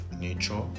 nature